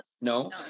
no